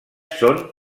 són